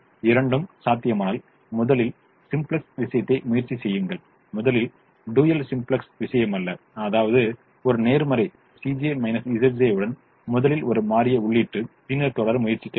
இரண்டும் சாத்தியமானால் முதலில் சிம்ப்ளக்ஸ் விஷயத்தை முயற்சி செய்யுங்கள் முதலில் டூயல் சிம்ப்ளக்ஸ் விஷயமல்ல அதாவது ஒரு நேர்மறை உடன் முதலில் ஒரு மாறியை உள்ளிட்டு பின்னர் தொடர முயற்சிக்க வேண்டும்